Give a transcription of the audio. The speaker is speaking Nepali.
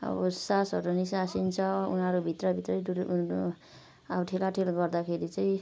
अब सासहरू निस्सासिन्छ उनीहरू भित्रभित्रै अब ठेलाठेल गर्दाखेरि चाहिँ